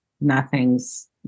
nothing's